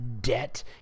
debt